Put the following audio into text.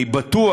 אני בטוח,